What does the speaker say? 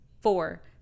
Four